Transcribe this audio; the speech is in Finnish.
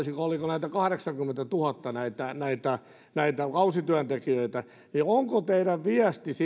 oliko niitä kahdeksankymmentätuhatta näitä näitä kausityöntekijöitä niin onko teidän viestinne